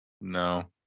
No